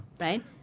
Right